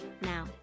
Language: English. now